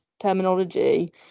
terminology